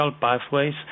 pathways